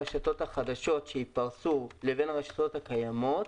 אנחנו מבחינים בין הרשתות החדשות שיתפרסו לבין הרשתות הקיימות.